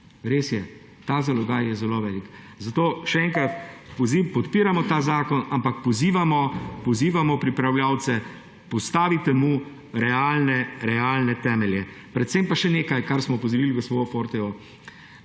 Res je, ta zalogaj je zelo velik. Zato še enkrat poziv, podpiramo ta zakon, ampak pozivamo pripravljavce – postavite mu realne temelje. Predvsem pa še nekaj, kar smo opozorili gospo Forte.